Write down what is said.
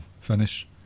finish